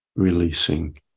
releasing